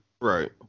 Right